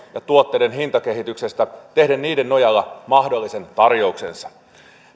ja tuotteiden hintakehityksestä tehden niiden nojalla mahdollisen tarjouksensa